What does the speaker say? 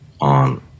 on